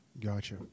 Gotcha